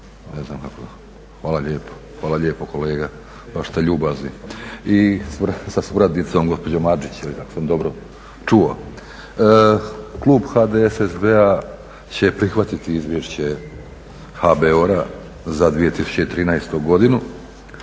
kako to vole reći HBOR, sa suradnicom gospođom Adžić ako sam dobro čuo. Klub HDSSB-a će prihvatiti izvješće HBOR-a za 2013. godinu